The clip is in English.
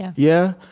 yeah yeah?